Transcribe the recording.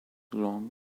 long